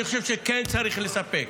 אני חושב שכן צריך לספק.